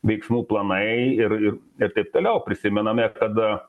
veiksmų planai ir ir taip toliau prisimename kad